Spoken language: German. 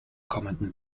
kommenden